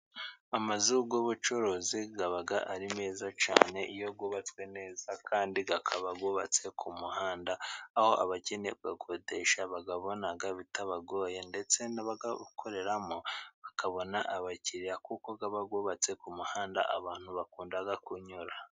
Amazu y'ubucuruzi aba meza cyane. Iyo yubatswe neza kandi akaba yubatse ku muhanda aho abakeneye gukodesha bakayabona bitabagoye. Ndetse n'abakoreramo bakabona abakiriya kuko baba bubatse ku muhanda abantu bakunda kunyuramo.